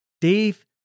Dave